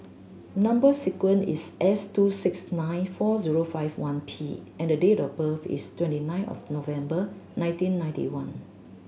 number sequence is S two six nine four zero five one P and date of birth is twenty nine of November nineteen ninety one